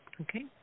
Okay